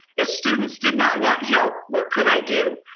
if students did not want help, what could i do?